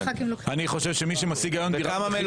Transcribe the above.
אני חושב שמי שמשיג היום דירה,